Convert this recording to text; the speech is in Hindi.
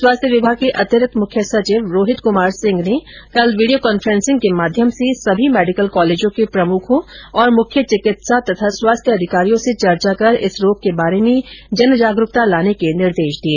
स्वास्थ्य विभाग के अतिरिक्त मुख्य सचिव रोहित कुमार सिंह ने कल वीडियो कांफ्रेसिंग के माध्यम से सभी मेडिकल कॉलेजों के प्रमुखों तथा मुख्य चिकित्सा और स्वास्थ्य अधिकारियों से चर्चा कर इस रोग के बारे में जन जागरूकता लाने के निर्देश दिए